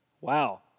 Wow